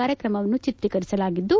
ಕಾರ್ಯಕ್ರಮವನ್ನು ಚಿತ್ರೀಕರಿಸಲಾಗಿದ್ದು